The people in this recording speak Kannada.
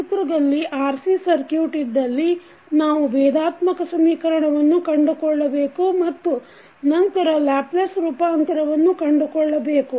ಚಿತ್ರದಲ್ಲಿ RC ಸರ್ಕುಟ್ ಇದ್ದಲ್ಲಿ ನಾವು ಭೇದಾತ್ಮಕ ಸಮೀಕರಣವನ್ನು ಕಂಡುಕೊಳ್ಳಬೇಕು ಮತ್ತು ನಂತರ ಲ್ಯಾಪ್ಲೇಸ್ ರೂಪಾಂತರವನ್ನು ಕಂಡುಕೊಳ್ಳಬೇಕು